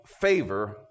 favor